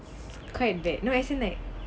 quite bad no as in like